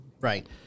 right